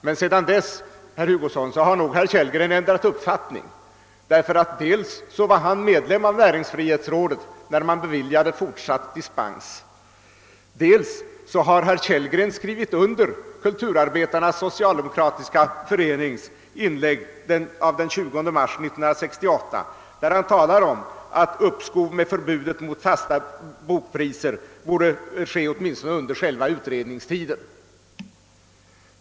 Men, herr Hugosson, sedan dess har herr Kellgren säkert ändrat uppfattning, ty dels var han medlem av näringsfrihetsrådet när fortsatt dispens beviljades, dels har herr Kellgren skrivit under Kulturarbetarnas socialdemokratiska förenings inlägg av den 20 mars 1968, där det talas om att uppskov med förbudet mot fasta bokpriser borde beviljas åtminstone under själva utredningstiden.